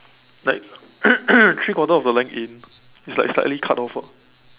like three quarter of the length in it's like slightly cut off ah